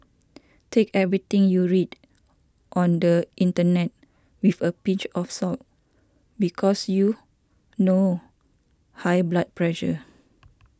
take everything you read on the internet with a pinch of salt because you know high blood pressure